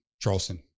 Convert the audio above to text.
Charleston